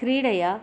क्रीडया